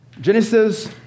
Genesis